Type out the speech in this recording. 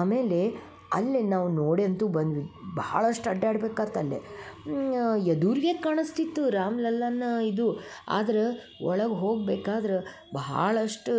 ಆಮೇಲೆ ಅಲ್ಲೇ ನಾವು ನೋಡೆ ಅಂತೂ ಬಂದ್ವಿ ಬಹಳಷ್ಟು ಅಡ್ಯಾಡ್ಬೇಕಾತು ಅಲ್ಲೇ ಎದುರ್ಗೆ ಕಾಣಸ್ತಿತ್ತು ರಾಮ್ಲಲ್ಲನ್ ಇದು ಆದ್ರೆ ಒಳಗೆ ಹೋಗ್ಬೇಕಾದ್ರೆ ಬಹಳಷ್ಟು